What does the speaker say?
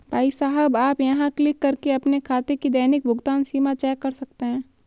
भाई साहब आप यहाँ क्लिक करके अपने खाते की दैनिक भुगतान सीमा चेक कर सकते हैं